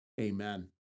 Amen